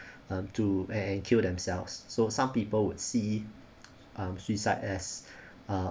um to and and kill themselves so some people would see um suicide as uh